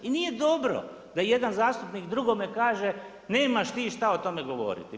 I nije dobro da jedan zastupnik drugome kaže, nemaš ti šta o tome govoriti.